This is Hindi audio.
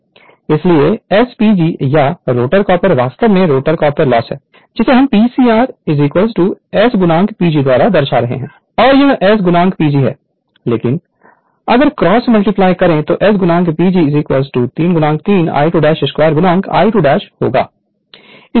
इसलिए S PG या रोटर कॉपर वास्तव में रोटर कॉपर लॉस है जिसे हम P c r S PG द्वारा दर्शा रहे हैं और यह S PG है लेकिन अगर क्रॉस मल्टीप्लाई करें तो S PG 3 3 I2 2 I2 होगा